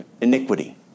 iniquity